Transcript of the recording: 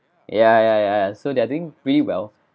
ya ya ya ya so they are doing pretty well